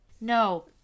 No